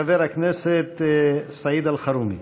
חבר הכנסת סעיד אלחרומי.